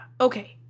Okay